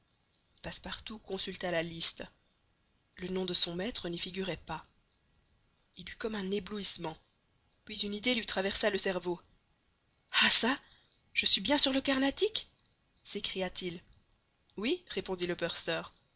passepartout consulta la liste le nom de son maître n'y figurait pas il eut comme un éblouissement puis une idée lui traversa le cerveau ah çà je suis bien sur le carnatic s'écria-t-il oui répondit le purser